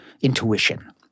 intuition